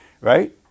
Right